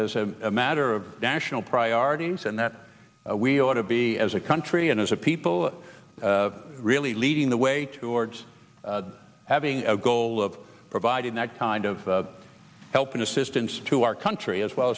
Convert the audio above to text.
as a matter of national priorities and that we ought to be as a country and as a people really leading the way towards having a goal of providing that kind of help and assistance to our country as well